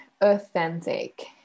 authentic